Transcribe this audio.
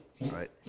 Right